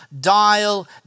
dial